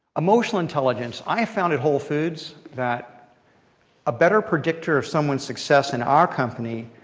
emotional intelligence. i found at whole foods that a better predictor of someone's success in our company,